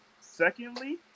Secondly